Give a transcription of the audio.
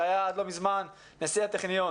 נשיא הטכניון